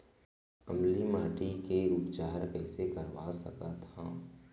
अम्लीय माटी के उपचार कइसे करवा सकत हव?